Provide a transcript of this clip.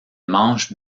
manches